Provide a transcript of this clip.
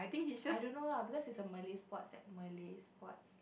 I don't know lah because it's a Malay sports like Malay sports